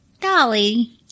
Dolly